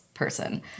person